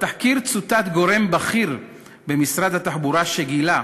בתחקיר צוטט גורם בכיר במשרד התחבורה, שגילה,